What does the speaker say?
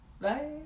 bye